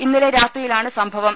ഇന്നലെ രാത്രിയിലാണ് സംഭവം